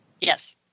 Yes